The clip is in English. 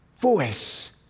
voice